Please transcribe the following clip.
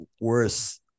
worse